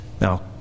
Now